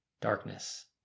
darkness